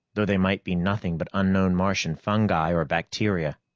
though they might be nothing but unknown martian fungi or bacteria.